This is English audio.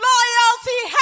Loyalty